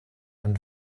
and